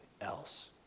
else